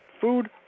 Food